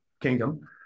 kingdom